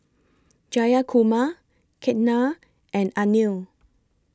Jayakumar Ketna and Anil